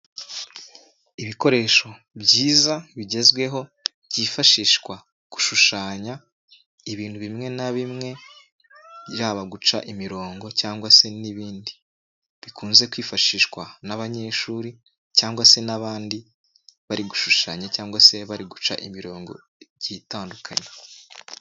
Ibikoresho byiza bigezweho byifashishwa gushushanya ibintu bimwe na bimwe bya guca imirongo cyangwa se n'ibindi ,bikunze kwifashishwa n'abanyeshuri cyangwa se n'abandi bari gushushanya cyangwa se bari guca imirongo igiye itandukanye.